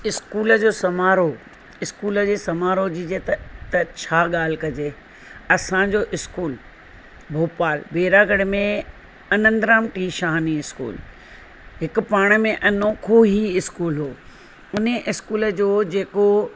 school जो समारोह school जे समारोह जी त छा ॻाल्हि कजे असांजो स्कूल भोपाल बैरागढ़ में अनंद राम टी शाहनी स्कूल हिकु पाण में अनोखो ई स्कूल हुओ उन स्कूल जो जेको